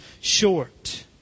short